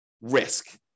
risk